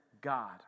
God